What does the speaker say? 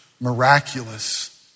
miraculous